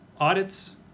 audits